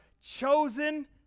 chosen